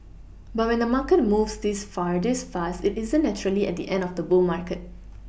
but when the market moves this far this fast it isn't naturally at the end of the bull market